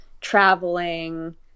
Traveling